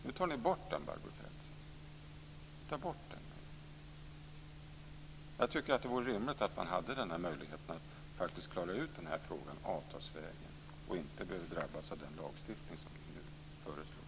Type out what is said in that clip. Nu tar ni bort den, Barbro Feltzing. Jag tycker att det vore rimligt att man hade möjligheten att klara ut denna fråga avtalsvägen och inte behövde drabbas av den lagstiftning som ni nu föreslår.